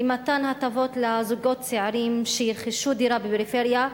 למתן הטבות לזוגות צעירים שירכשו דירה בפריפריה,